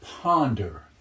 ponder